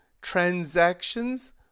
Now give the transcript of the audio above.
Transactions